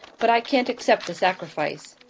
but i can't accept the sacrifice.